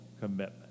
commitment